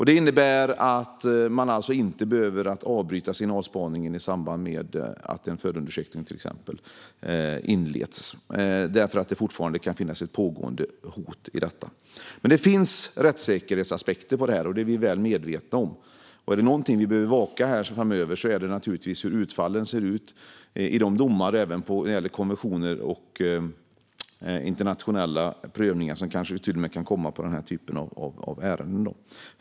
Det innebär att man inte behöver avbryta signalspaningen i samband med att en förundersökning inleds eftersom det fortfarande kan finnas ett pågående hot. Men det finns rättssäkerhetsaspekter, och det är vi väl medvetna om. Är det något vi behöver bevaka framöver är det naturligtvis hur utfallen ser ut i domar, konventioner och internationella prövningar som kan göras på den typen av ärenden.